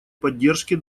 поддержки